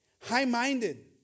high-minded